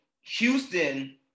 Houston